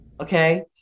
Okay